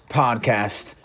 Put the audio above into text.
podcast